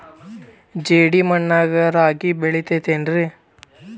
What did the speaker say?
ಜೇಡಿ ಮಣ್ಣಾಗ ರಾಗಿ ಬೆಳಿತೈತೇನ್ರಿ?